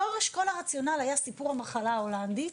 בשורש כל הרציונאלי היה סיפור המחלה ההולנדית.